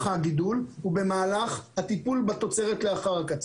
הגידול ובמהלך הטיפול בתוצרת לאחר הקציר.